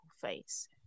face